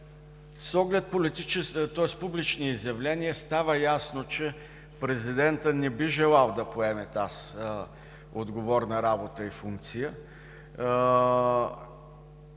С оглед публични изявление става ясно, че Президентът не би желал да поеме тази отговорна работа и функция.